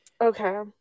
Okay